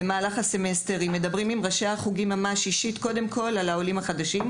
הם מדברים באופן אישי עם ראשי החוגים בנושא העולים החדשים,